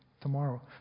tomorrow